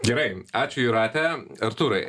gerai ačiū jūrate artūrai